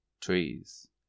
trees